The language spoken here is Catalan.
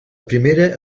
primera